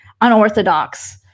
unorthodox